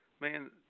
man